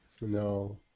No